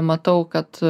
matau kad